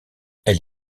elle